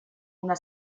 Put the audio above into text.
una